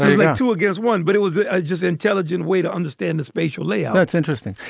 like two against one. but it was just intelligent way to understand the spatial layer that's interesting.